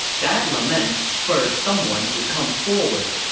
that lament spurred someone to come forward.